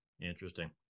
Interesting